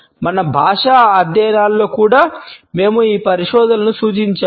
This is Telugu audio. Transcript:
మన భాషా అధ్యయనాలలో కూడా మేము ఈ పరిశోధకులను సూచించాము